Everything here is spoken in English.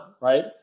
right